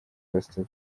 pastor